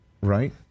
Right